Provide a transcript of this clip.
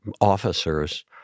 officers